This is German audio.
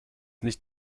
nicht